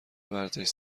ورزش